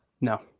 No